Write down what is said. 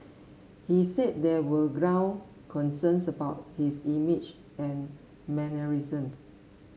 he said there were ground concerns about his image and mannerisms